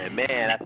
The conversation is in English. man